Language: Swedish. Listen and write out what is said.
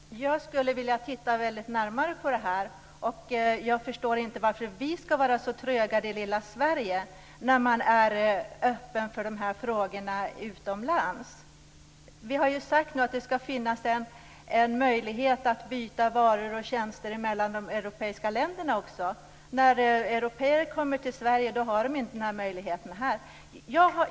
Fru talman! Jag skulle vilja titta närmare på detta. Jag förstår inte varför vi i lilla Sverige skall vara så tröga. Utomlands är man öppen för de här frågorna. Vi har ju nu sagt att det skall finnas en möjlighet att byta varor och tjänster mellan de europeiska länderna men när européer kommer till Sverige har de inte den möjligheten här.